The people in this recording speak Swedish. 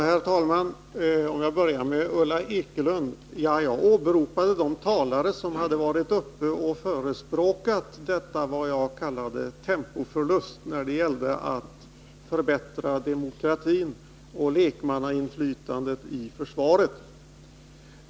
Herr talman! Jag vill börja med att säga till Ulla Ekelund att jag åberopade de talare som varit uppe i debatten och förespråkat det jag kallade tempoförlust när det gällde att förbättra demokratin och lekmannainflytandet i försvaret.